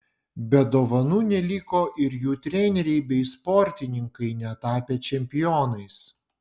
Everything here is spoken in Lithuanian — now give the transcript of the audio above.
be dovanų neliko ir jų treneriai bei sportininkai netapę čempionais